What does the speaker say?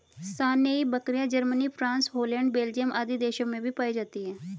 सानेंइ बकरियाँ, Germany, France, Holland, Belgium आदि देशों में भी पायी जाती है